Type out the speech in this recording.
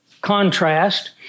contrast